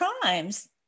crimes